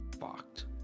fucked